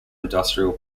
industrial